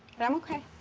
but i'm ok.